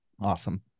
Awesome